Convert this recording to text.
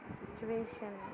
situation